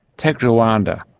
take rwanda.